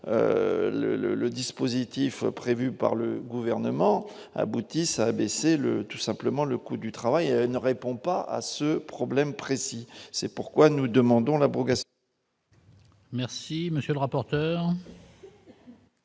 le dispositif prévu par le gouvernement, aboutisse à abaisser le tout simplement le coût du travail ne répond pas à ce problème précis, c'est pourquoi nous demandons l'abrogation. Merci, monsieur le rapporteur.